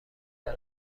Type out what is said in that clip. تیم